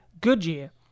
Goodyear